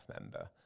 member